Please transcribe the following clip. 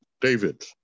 David